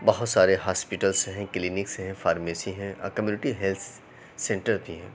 بہت سارے ہاسپٹلس ہیں کلینکس ہیں فارمیسی ہیں اور کمیونٹی ہیلتھ سینٹر بھی ہیں